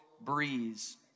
breeze